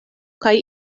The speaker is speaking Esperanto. kaj